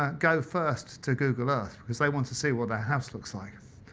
ah go first to google earth because they want to see what their house looks like.